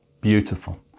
Beautiful